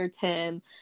Tim